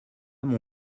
mon